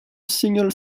single